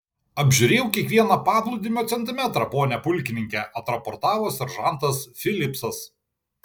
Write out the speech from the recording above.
apžiūrėjau kiekvieną paplūdimio centimetrą pone pulkininke atraportavo seržantas filipsas